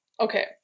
okay